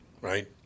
right